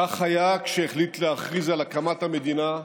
כך היה כשהחליט להכריז על הקמת המדינה,